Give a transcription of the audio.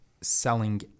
selling